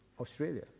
australia